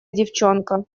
девчонка